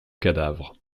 cadavre